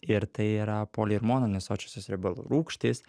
ir tai yra poli ir mono nesočiosios riebalų rūgštys